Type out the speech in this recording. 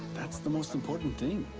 that's the most important thing.